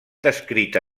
descrita